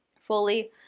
fully